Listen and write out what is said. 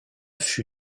fut